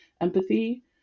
empathy